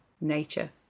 nature